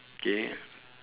okay